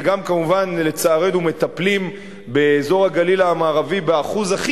ולצערי גם מטפלים באזור הגליל המערבי באחוז הכי